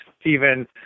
Stephen